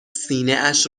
سینهاش